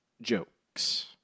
jokes